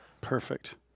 Perfect